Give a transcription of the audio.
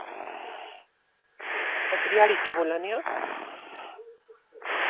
अस रेहाड़ी चों बोल्ला ने आं